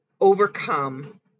overcome